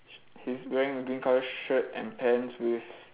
sh~ he's wearing a green colour shirt and pants with